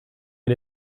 ate